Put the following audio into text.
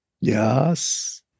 Yes